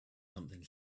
something